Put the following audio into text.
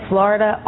Florida